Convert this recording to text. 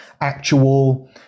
actual